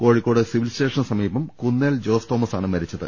കോഴിക്കോട് സിവിൽസ്റ്റേഷനു സമീപം കുന്നേൽ ജോസ് തോമസ് ആണ് മരിച്ചത്